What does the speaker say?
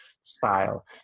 style